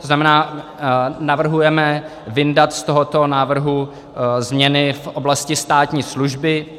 To znamená, navrhujeme vyndat z tohoto návrhu změny v oblasti státní služby.